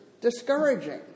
discouraging